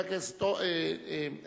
חבר הכנסת הרצוג,